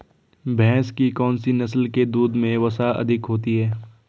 भैंस की कौनसी नस्ल के दूध में वसा अधिक होती है?